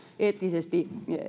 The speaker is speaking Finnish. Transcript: eettisesti